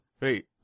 Wait